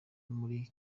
muri